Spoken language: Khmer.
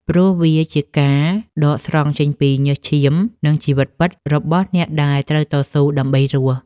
ព្រោះវាជាការដកស្រង់ចេញពីញើសឈាម និងជីវិតពិតរបស់អ្នកដែលត្រូវតស៊ូដើម្បីរស់។